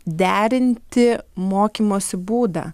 derinti mokymosi būdą